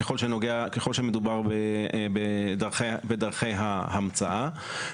ככל שמדובר בדרכי ההמצאה.